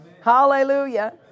Hallelujah